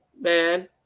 man